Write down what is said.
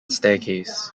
staircase